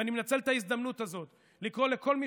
אני מנצל את ההזדמנות הזאת לקרוא לכל מי